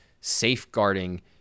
safeguarding